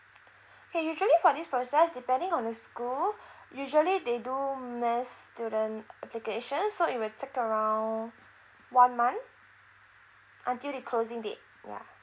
okay usually for this process depending on the school usually they do mass student applications so it will take around one month until the closing date ya